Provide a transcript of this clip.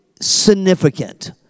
significant